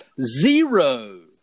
Zero